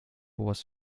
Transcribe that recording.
was